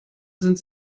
sind